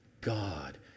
God